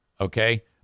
Okay